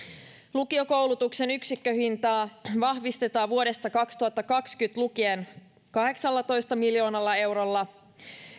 lukiokoulutuksen yksikköhintaa vahvistetaan vuodesta kaksituhattakaksikymmentä lukien kahdeksallatoista miljoonalla eurolla